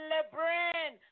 Lebrin